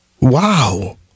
Wow